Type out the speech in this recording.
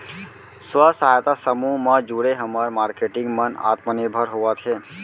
स्व सहायता समूह म जुड़े हमर मारकेटिंग मन आत्मनिरभर होवत हे